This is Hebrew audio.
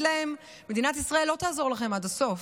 להם: מדינת ישראל לא תעזור לכם עד הסוף,